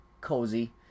cozy